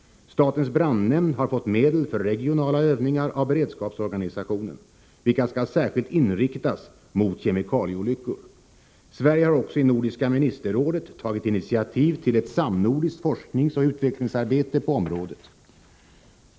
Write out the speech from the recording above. Statens brandnämnd har fått medel för regionala övningar av beredskapsorganisationen, vilka skall särskilt inriktas mot kemikalieolyckor. Sverige har också i Nordiska ministerrådet tagit initiativ till ett samnordiskt forskningsoch utvecklingsarbete på området.